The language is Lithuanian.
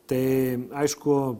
tai aišku